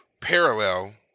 parallel